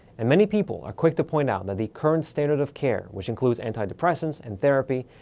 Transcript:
and many people are quick to point out that the current standard of care, which includes antidepressants and therapy,